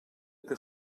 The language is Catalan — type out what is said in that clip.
que